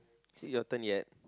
is it your turn yet